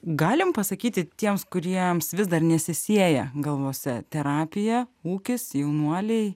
galim pasakyti tiems kuriems vis dar nesisieja galvose terapija ūkis jaunuoliai